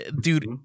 dude